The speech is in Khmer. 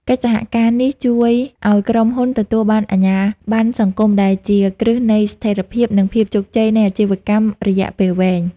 កិច្ចសហការនេះជួយឱ្យក្រុមហ៊ុនទទួលបានអាជ្ញាប័ណ្ណសង្គម ដែលជាគ្រឹះនៃស្ថិរភាព និងភាពជោគជ័យនៃអាជីវកម្មរយៈពេលវែង។